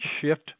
shift